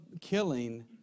killing